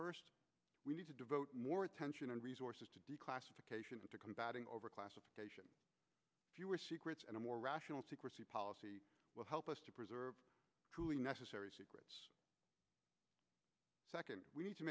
first we need to devote more attention and resources to declassification to combating overclassification fewer secrets and a more rational secrecy policy will help us to preserve truly necessary secrets second